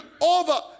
over